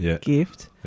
gift